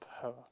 power